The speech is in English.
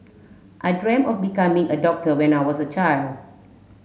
I dreamt of becoming a doctor when I was a child